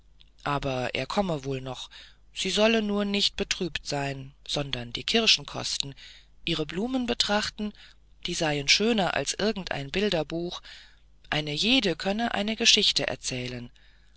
aber er komme wohl noch sie solle nur nicht betrübt sein sondern die kirschen kosten ihre blumen betrachten die seien schöner als irgend ein bilderbuch eine jede könne eine geschichte erzählen